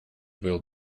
will